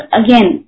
again